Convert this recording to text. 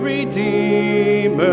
Redeemer